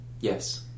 Yes